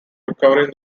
recovering